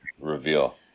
reveal